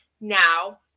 now